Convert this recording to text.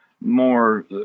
more